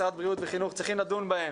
משרד הבריאות ומשרד החינוך צריכים לדון בהם,